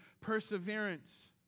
perseverance